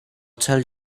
tell